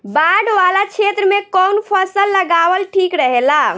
बाढ़ वाला क्षेत्र में कउन फसल लगावल ठिक रहेला?